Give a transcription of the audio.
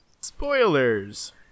Spoilers